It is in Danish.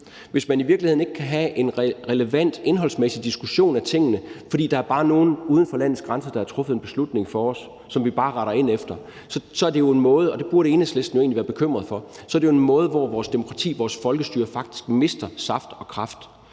hvis man i virkeligheden ikke kan have en relevant indholdsmæssig diskussion af tingene, fordi der bare er nogen uden for landets grænser, der har truffet en beslutning for os, som vi bare retter ind efter. Så er det jo en måde – og det burde Enhedslisten egentlig være bekymret for – som vores demokrati og vores folkestyre faktisk mister saft og kraft